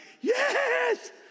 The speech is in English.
yes